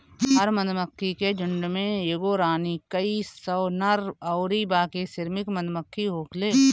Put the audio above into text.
हर मधुमक्खी के झुण्ड में एगो रानी, कई सौ नर अउरी बाकी श्रमिक मधुमक्खी होखेले